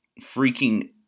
freaking